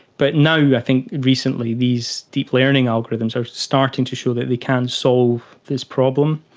but now i think recently these deep learning algorithms are starting to show that they can solve this problem.